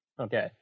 Okay